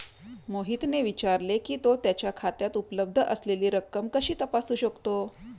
मोहितने विचारले की, तो त्याच्या खात्यात उपलब्ध असलेली रक्कम कशी तपासू शकतो?